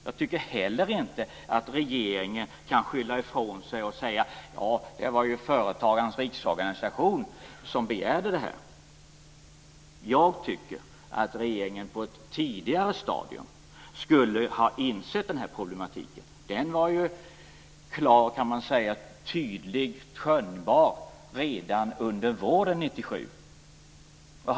Jag tycker heller inte att regeringen kan skylla ifrån sig och säga att det var Företagarnas riksorganisation som begärde ändringen. Jag tycker att regeringen på ett tidigare stadium skulle ha insett denna problematik. Den var tydligt skönjbar redan under våren 1997.